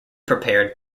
prepared